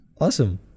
Awesome